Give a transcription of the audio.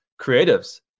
creatives